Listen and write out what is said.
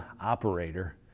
operator